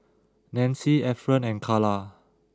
Nancie Efren and Kala